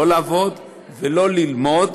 לא לעבוד ולא ללמוד